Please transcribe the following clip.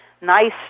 nice